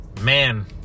man